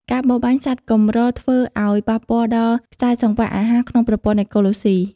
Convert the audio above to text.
ការបរបាញ់សត្វកម្រធ្វើឱ្យប៉ះពាល់ដល់ខ្សែសង្វាក់អាហារក្នុងប្រព័ន្ធអេកូឡូស៊ី។